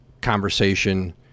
conversation